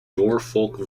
norfolk